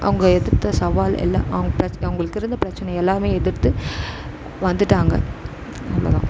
அவங்க எதிர்த்து சவால் எல்லா அவுங் பிரச் அவங்களுக்கு இருந்த பிரச்சின எல்லாம் எதிர்த்து வந்துட்டாங்க அவ்வள தான்